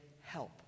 help